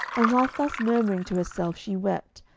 and while thus murmuring to herself she wept,